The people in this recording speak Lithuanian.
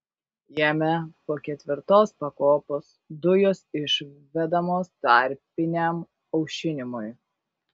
jame po ketvirtos pakopos dujos išvedamos tarpiniam aušinimui